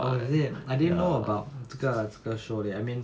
oh is it I didn't know about 这个这个 show leh I mean